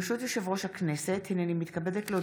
ברשות יושב-ראש הכנסת, הינני מתכבדת להודיעכם,